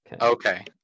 Okay